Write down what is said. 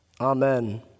Amen